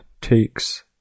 takes